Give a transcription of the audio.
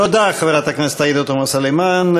תודה, חברת הכנסת עאידה תומא סלימאן.